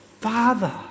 Father